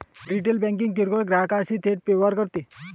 retail banking किरकोळ ग्राहकांशी थेट व्यवहार करते